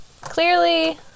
Clearly